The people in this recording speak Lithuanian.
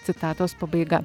citatos pabaiga